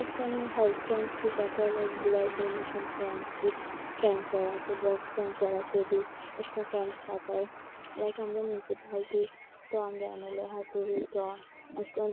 अशें करून health camps बी जातात like blood donation camps if कॅन्सराचे ब्रेस्ट कँन्सराचे बी अशें करून कॅम्प्स जातात लायक आमच्या मुन्सिपालटी तो आमचो एम एल ए आसा चोय तो अशें करून